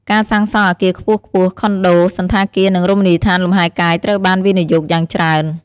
ការសាងសង់អគារខ្ពស់ៗ ខុនដូ សណ្ឋាគារនិងរមណីយដ្ឋានលំហែកាយត្រូវបានវិនិយោគយ៉ាងច្រើន។